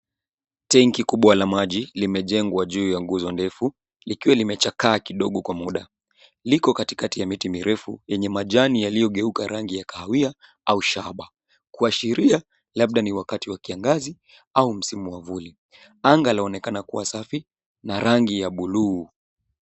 Tenki kubwa la maji limejengwa juu ya nguzo ndefu, likiwa limechakaa kidogo kwa muda. Liko katikati ya miti mirefu yenye majani yaliyogeuka rangi ya kahawia au shaba, kuashiria labda ni wakati wa kiangazi au msimu wa vuli. Anga laonekana kuwa safi na rangi ya buluu.